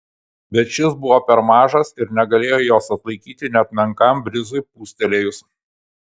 bet šis buvo per mažas ir negalėjo jos atlaikyti net menkam brizui pūstelėjus